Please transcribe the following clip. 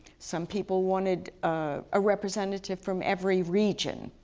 some people wanted a representative from every region,